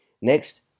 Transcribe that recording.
Next